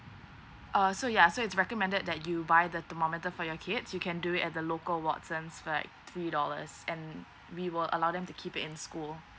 err so ya so it's recommended that you buy the thermometer for your kids you can do it at the local watsons like three dollars and we will allow them to keep in school